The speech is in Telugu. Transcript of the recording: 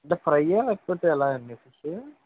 ఫ్రైయా లేకపోతే ఎలాగా అండి ఫిషు